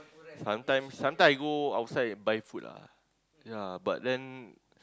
sometime sometime I go outside buy food lah ya but then